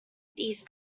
these